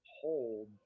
hold